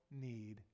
need